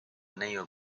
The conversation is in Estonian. neiu